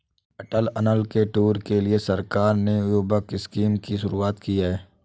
अटल tunnel के tour के लिए सरकार ने युवक स्कीम की शुरुआत की है